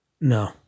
No